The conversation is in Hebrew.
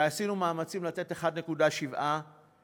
ועשינו מאמצים לתת 1.7 מיליארד.